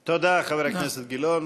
תודה, חבר הכנסת גילאון.